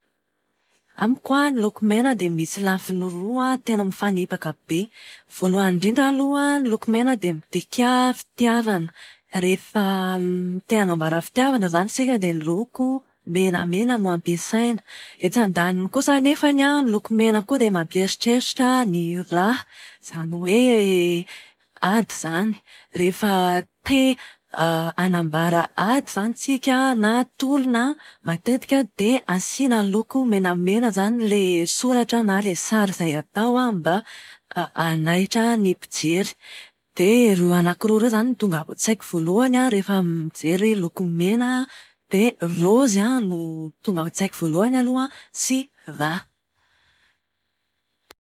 Amiko an, ny loko mena dia misy lafiny roa an tena mifanipaka be. Voalohany indrindra aloha ny loko mena dia midika fitiavana. Rehefa te-hanambara fitiavana izany isika dia ny loko menamena no ampiasaina. Etsy andaniny kosa anefany an, ny loko mena koa dia mampieritreritra ny rà. Izany hoe ady izany. Rehefa te- hanambara ady izany tsika na tolona, matetika dia asiana loko menamena izany ilay soratra na ilay sary izay atao an, mba ha- hanaitra ny mpijery. Dia ireo anaky roa ireo izany no tonga ao an-tsaiko voalohany an rehefa mijery loko mena dia raozy no tonga ao antsaiko voalohany aloha sy rà.